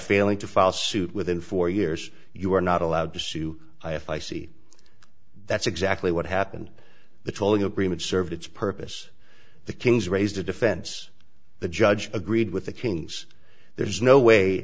failing to file suit within four years you are not allowed to sue i if i see that's exactly what happened the tolling agreement served its purpose the kings raised a defense the judge agreed with the kings there's no way